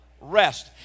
Rest